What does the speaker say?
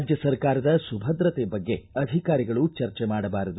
ರಾಜ್ಯ ಸರ್ಕಾರದ ಸುಭದ್ರತೆ ಬಗ್ಗೆ ಅಧಿಕಾರಿಗಳು ಚರ್ಚೆ ಮಾಡಬಾರದು